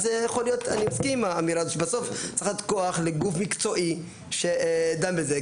אני מסכים עם האמירה הזו שבסוף צריך לתת כוח לגוף מקצועי שדן בזה.